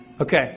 Okay